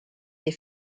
des